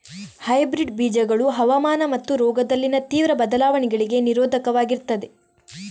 hybrid ಬೀಜಗಳು ಹವಾಮಾನ ಮತ್ತು ರೋಗದಲ್ಲಿನ ತೀವ್ರ ಬದಲಾವಣೆಗಳಿಗೆ ನಿರೋಧಕವಾಗಿರ್ತದೆ